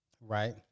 right